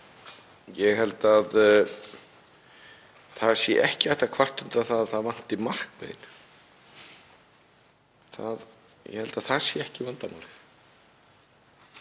Ég held að það sé ekki hægt að kvarta undan því að það vanti markmiðin. Ég held að það sé ekki vandamálið.